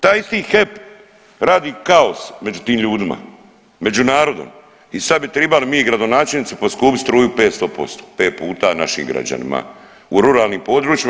Taj isti HEP radi kaos među tim ljudima, među narodom i sad bi tribali mi gradonačelnici poskupiti struju 500%, pet puta našim građanima u ruralnim područjima.